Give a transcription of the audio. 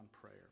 prayer